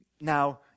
Now